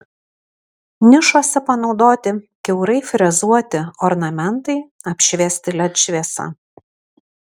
nišose panaudoti kiaurai frezuoti ornamentai apšviesti led šviesa